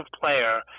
player